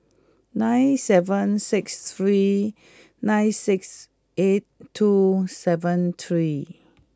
nine seven six three nine six eight two seven three